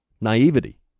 naivety